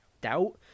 doubt